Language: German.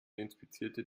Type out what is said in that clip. inspizierte